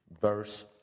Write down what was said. verse